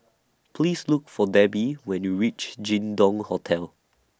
Please Look For Debbie when YOU REACH Jin Dong Hotel